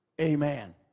amen